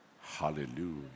Hallelujah